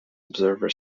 observer